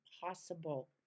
possible